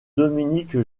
dominique